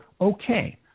okay